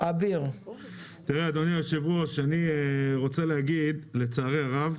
החבר'ה כאן, לצערי הרב,